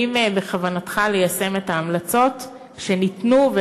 האם בכוונתך ליישם את ההמלצות שניתנו,